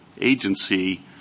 agency